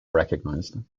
recognised